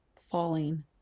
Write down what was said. falling